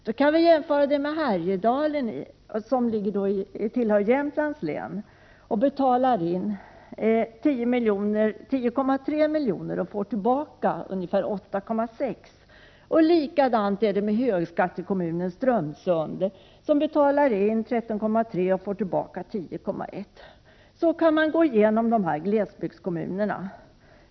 Vi kan jämföra detta med en Härjedalskommun, som tillhör Jämtlands län och som betalar in 10,3 milj.kr. och får tillbaka ungefär 8,6 milj.kr. Likadant är det med högskattekommunen Strömsund. Kommunen betalar in 13,3 milj.kr. och får tillbaka 10,1 milj.kr. Man kan på detta sätt gå igenom glesbygdskommunerna.